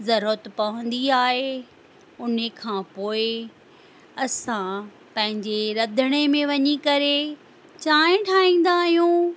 ज़रूरत पवंदी आहे उन खां पोइ असां पंहिंजे रंधिणे में वञी करे चाहिं ठाहींदा आहियूं